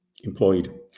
employed